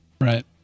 Right